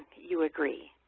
you agree.